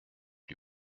lui